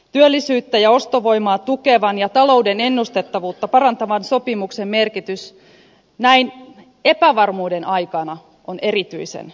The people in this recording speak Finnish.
työllisyyttä ja ostovoimaa tukevan ja talouden ennustettavuutta parantavan sopimuksen merkitys näin epävarmuuden aikana on erityisen suuri